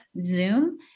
Zoom